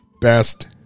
best